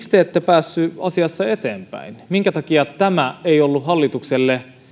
te ette päässeet asiassa eteenpäin minkä takia tämä ei ollut hallitukselle